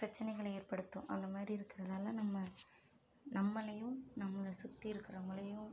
பிரச்சினைகளை ஏற்படுத்தும் அந்த மாதிரி இருக்கிறதால நம்ம நம்மளையும் நம்மளை சுற்றி இருக்கிறவங்களையும்